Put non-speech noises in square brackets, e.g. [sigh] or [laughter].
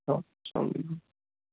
[unintelligible] السلام علیکُم